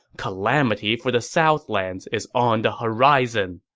calamity for the southlands is on the horizon!